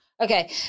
Okay